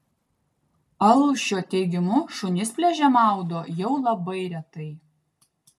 alšio teigimu šunis pliaže maudo jau labai retai